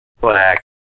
Black